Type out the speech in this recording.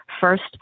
First